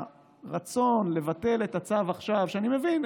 הרצון לבטל את הצו עכשיו, ואני מבין.